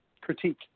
Critique